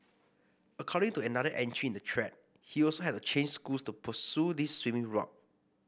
according to another entry in the thread he also had to change schools to pursue this swimming route